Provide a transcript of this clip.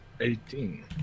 Eighteen